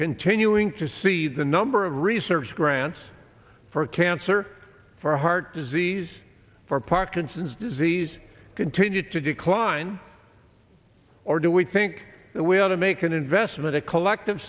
continuing to see the number of research grants for cancer for heart disease for parkinson's disease continue to decline or do we think that we ought to make an investment a collective